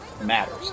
matters